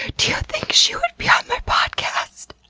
do you think she would be on my podcast!